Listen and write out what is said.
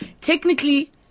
technically